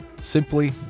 simply